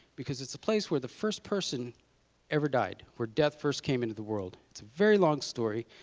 because it's a place where the first person ever died, where death first came into the world. it's a very long story.